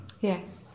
yes